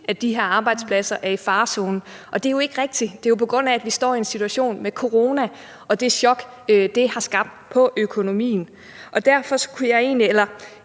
at de her arbejdspladser er i farezonen. Det er jo ikke rigtigt! Det er, på grund af at vi står i en situation med corona og det chok, det har skabt både økonomien. Vi har netop fået en